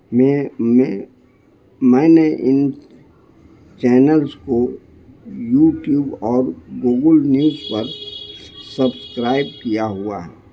میں میں میں نے ان چینلس کو یوٹیوب اور گوگل نیوز پر سبسکرائب کیا ہوا ہے